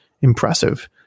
impressive